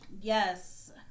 Yes